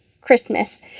Christmas